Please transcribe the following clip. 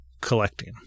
collecting